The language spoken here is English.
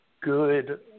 good